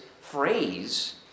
phrase